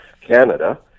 Canada